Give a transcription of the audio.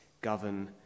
govern